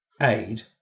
aid